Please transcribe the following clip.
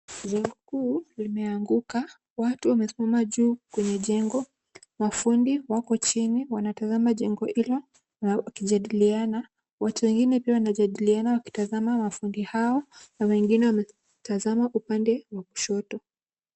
Jengo kuu limeanguka, watu wamesimama juu kwenye jengo. Mafundi wako chini wanatazama jengo hilo wakijadiliana. Watu wengine pia wanajadiliana wakitazama mafundi hao na wengine wametazama upande wa kushoto.